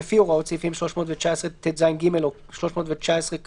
לפי הוראות סעיפים 319טז(ג) או 319כז(ד),כדי